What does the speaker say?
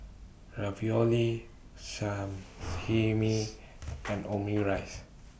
Ravioli Sashimi and Omurice